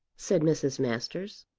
said mrs. masters.